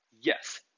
Yes